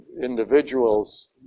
individuals